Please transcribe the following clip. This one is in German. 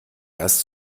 erst